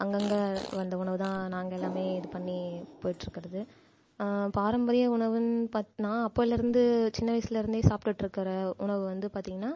அங்கங்கே வந்த உணவுதான் நாங்கள் எல்லாமே இது பண்ணி போற்றுக்கிறது பாரம்பரிய உணவுன்னு பாத்னா நான் அப்போலிருந்து சின்ன வயசுலிருந்தே சாப்டுட்ருக்கிற உணவு வந்து பார்த்திங்கன்னா